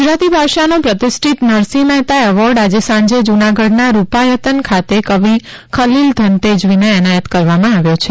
ગુજરાતી ભાષાનો પ્રતિષ્ઠિત નરસિંહ મહેતા એવોર્ડ આજે સાંજે જૂનાગઢના રૂપાયતન ખાતે કવિ ખલીલ ધનતેજવીને એનાયત કરવામાં આવ્યો છે